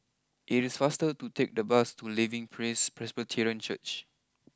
it is faster to take the bus to Living Praise Presbyterian Church